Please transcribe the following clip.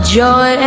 joy